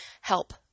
help